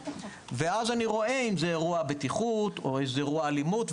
ואז אני רואה אם זה אירוע בטיחות או אירוע אלימות,